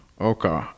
Okay